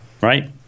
right